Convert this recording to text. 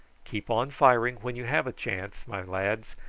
keep on firing when you have a chance, my lads,